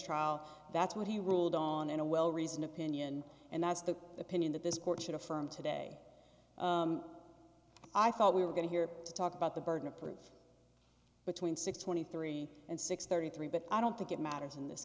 trial that's what he ruled on in a well reasoned opinion and that's the opinion that this court should affirm today i thought we were going to hear to talk about the burden of proof between six twenty three and six thirty three but i don't think it matters in this